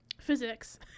Physics